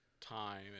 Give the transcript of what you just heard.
time